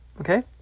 Okay